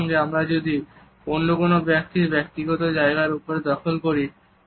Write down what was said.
একই সাথে আমরা যদি অন্য কোনও ব্যক্তির ব্যক্তিগত জায়গার উপরে দখল করি